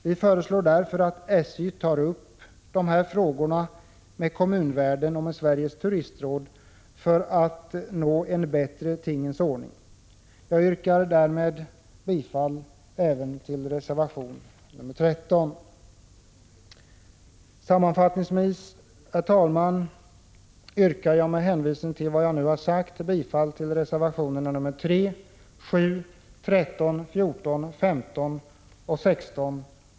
Vi föreslår att SJ tar upp dessa frågor med kommunvärlden och med Sveriges turistråd för att nå en bättre tingens ordning. Jag yrkar därmed bifall även till reservation nr 13. Sammanfattningsvis, herr talman, yrkar jag med hänvisning till vad jag nu har sagt bifall till reservationerna nr 3, 7, 13, 14, 15 och 16.